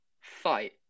fight